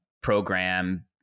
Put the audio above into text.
program